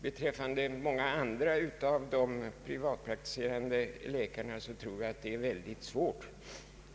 Beträffande många andra av de privatpraktiserande läkarna tror jag emellertid att det är väldigt besvärligt.